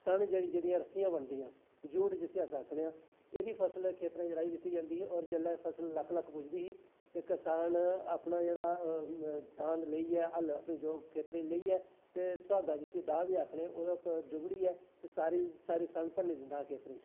सन जेह्दियां रस्सियां बनदियां जूट जिसी अस आक्खने आं ओह्दी फसल खेत्तरैं च रहाई दित्ती जंदी ही ते जिसलै फसल लक्क लक्क पुजदी ही सान जेह्की हल्ल लेइयै खेत्तरैं च लेइयै ते सोहागा जिसी डाह् बी आखने जुगड़ियै सारी सारी भन्नी दिंदा हा खेत्तरें च